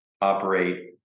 operate